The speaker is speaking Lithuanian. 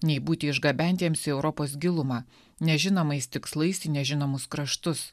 nei būti išgabentiems į europos gilumą nežinomais tikslais į nežinomus kraštus